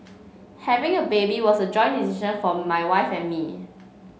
having a baby was a joint decision for my wife and me